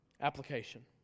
Application